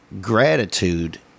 gratitude